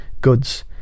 goods